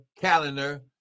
calendar